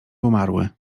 umarły